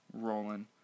rolling